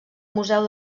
museu